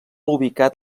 ubicat